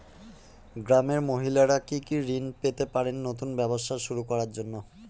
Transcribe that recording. গ্রামের মহিলারা কি কি ঋণ পেতে পারেন নতুন ব্যবসা শুরু করার জন্য?